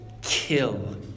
kill